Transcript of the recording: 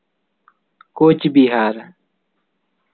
Cooch Behar